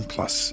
Plus